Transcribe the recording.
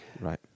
right